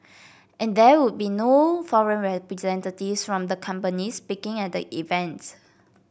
and there would be no foreign representatives from the companies speaking at the event